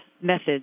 methods